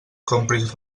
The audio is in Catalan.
compris